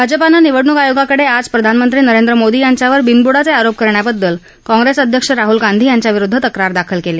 भाजपानं निवडणूक आयोगाकडे आज पंतप्रधान नरेंद्र मोदी यांच्यावर बिनबुडाचे आरोप करण्याबद्दल काँग्रेस अध्यक्ष राहूल गांधी यांच्याविरुद्ध तक्रार दाखल केली